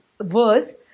verse